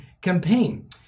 campaign